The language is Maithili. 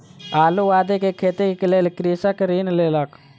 आलू आदि के खेतीक लेल कृषक ऋण लेलक